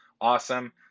awesome